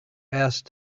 asked